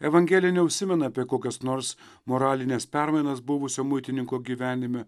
evangelija neužsimena apie kokias nors moralines permainas buvusio muitininko gyvenime